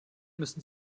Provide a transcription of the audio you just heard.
müssen